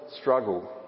struggle